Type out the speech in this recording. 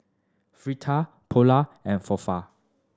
Fajitas Pulao and Falafel